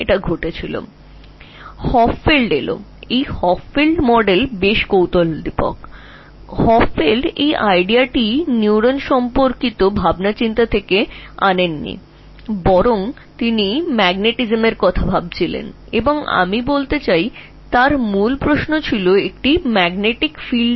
যা বেরিয়ে এসেছিল তা হপফিল্ড নিয়ে এসেছিলেন হপফিল্ডের মডেলটি আকর্ষণীয় এবং হপফিল্ড আসলে পুরো ধারণাটি নিউরন থেকে তৈরি করেননি তিনি চৌম্বকত্ব সম্পর্কে ভেবেছিলেন এবং যা বলতে চাইছিলাম আসলে তাঁর বড় প্রশ্নটি কী ছিল তা ছিল চৌম্বকীয় ক্ষেত্রে এটা কীভাবে ঘটে